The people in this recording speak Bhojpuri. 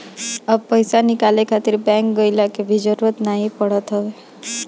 अब पईसा निकाले खातिर बैंक गइला के भी जरुरत नाइ पड़त हवे